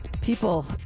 people